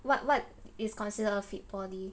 what what is considered a fit body